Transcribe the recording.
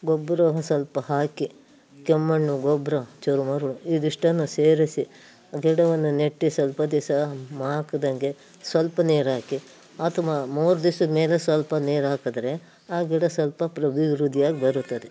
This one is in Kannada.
ಗೊಬ್ಬರವನ್ನು ಸ್ವಲ್ಪ ಹಾಕಿ ಕೆಮ್ಮಣ್ಣು ಗೊಬ್ಬರ ಚೂರು ಮರಳು ಇವಿಷ್ಟನ್ನೂ ಸೇರಿಸಿ ಗಿಡವನ್ನು ನೆಟ್ಟು ಸ್ವಲ್ಪ ದಿವಸ ಮಾಕ್ದಂಗೆ ಸ್ವಲ್ಪ ನೀರಾಕಿ ಅಥವಾ ಮೂರು ದಿವಸದ್ಮೇಲೆ ಸ್ವಲ್ಪ ನೀರಾಕಿದ್ರೆ ಆ ಗಿಡ ಸ್ವಲ್ಪ ಪ್ರ ಅಭಿವೃದ್ಧಿಯಾಗಿ ಬರುತ್ತದೆ